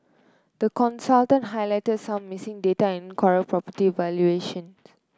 the consultant highlighted some missing data and incorrect property valuation